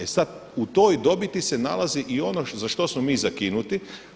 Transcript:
E sad u toj dobiti se nalazi i ono za što smo mi zakinuti.